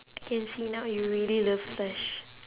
I can see now you really love flash